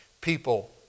People